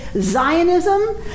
Zionism